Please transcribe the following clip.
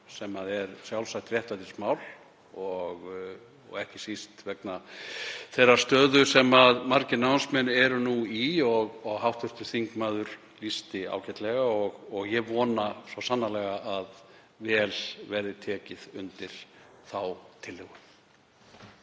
sem er sjálfsagt réttlætismál og ekki síst vegna þeirrar stöðu sem margir námsmenn eru nú í og hv. þingmaður lýsti ágætlega. Ég vona svo sannarlega að vel verði tekið í þá tillögu.